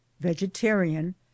vegetarian